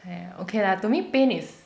!aiya! okay lah to me pain is